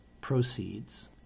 proceeds